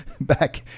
back